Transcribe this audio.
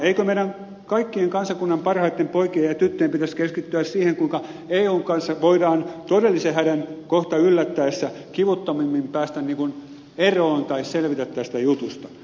eikö meidän kaikkien kansakunnan parhaitten poikien ja tyttöjen pitäisi keskittyä siihen kuinka eun kanssa voidaan todellisen hädän kohta yllättäessä kivuttomimmin päästä eroon tai selvitä tästä jutusta